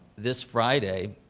this friday,